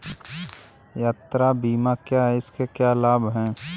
यात्रा बीमा क्या है इसके क्या लाभ हैं?